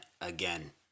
again